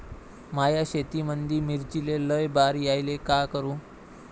माया शेतामंदी मिर्चीले लई बार यायले का करू?